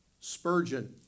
Spurgeon